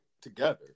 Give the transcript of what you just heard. together